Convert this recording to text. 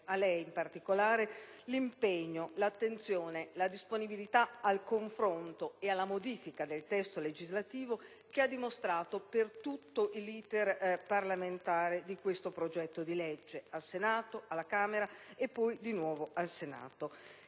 a lei, in particolare, l'impegno, l'attenzione, la disponibilità al confronto e alla modifica del testo legislativo che ha dimostrato per tutto l'*iter* parlamentare di questo progetto di legge al Senato, alla Camera e poi di nuovo al Senato.